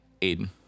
Aiden